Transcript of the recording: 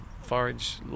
forage